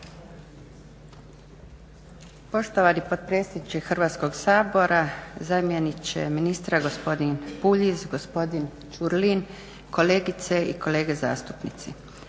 Poštovani potpredsjedniče Hrvatskog sabora, zamjeniče ministra gospodin Puljiz, gospodin Ćurlin, kolegice i kolege zastupnici.